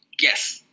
yes